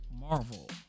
Marvel